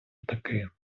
таке